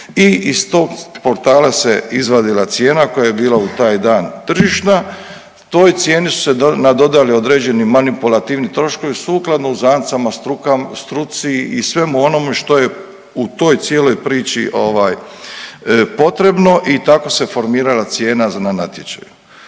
I iz tog portala se izvadila cijena koja je bila u taj dan tržišna. Toj cijeni su se nadodali određeni manipulativni troškovi sukladno uzancama struci i svemu onome što je u toj cijeloj priči potrebno i tako se formirala cijena za, na natječaju.